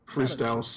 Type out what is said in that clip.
Freestyle